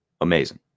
Amazing